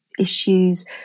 issues